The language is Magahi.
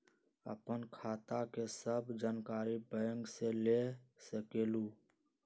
आपन खाता के सब जानकारी बैंक से ले सकेलु?